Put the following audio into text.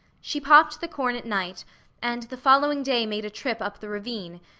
she popped the corn at night and the following day made a trip up the ravine,